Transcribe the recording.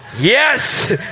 yes